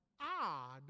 odd